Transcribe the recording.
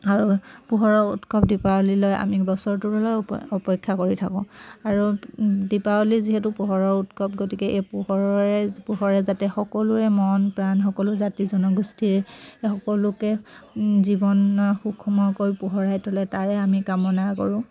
আৰু পোহৰৰ উৎসৱ দীপাৱলীলৈ আমি বছৰটোৰলৈ অপ অপেক্ষা কৰি থাকোঁ আৰু দীপাৱলী যিহেতু পোহৰৰ উৎসৱ গতিকে এই পোহৰৰে পোহৰে যাতে সকলোৰে মন প্ৰাণ সকলো জাতি জনগোষ্ঠীৰ সকলোকে জীৱন সুখময়কৈ পোহৰাই তোলে তাৰে আমি কামনা কৰোঁ